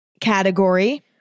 category